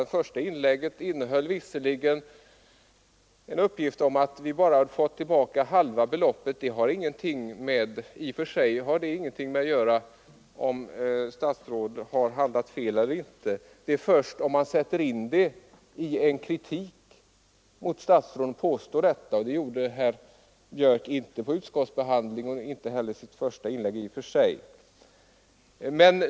Hans första inlägg innehöll en uppgift om att Sverige bara har fått tillbaka halva beloppet när det gäller exportkreditgarantierna. Det har i och för sig ingenting att göra med en granskning av statsrådens ämbetsutövning, om man inte sätter in det i en kritik mot något statsråd. Det gjorde inte herr Björck under utskottsbehandlingen och inte heller i sitt första inlägg.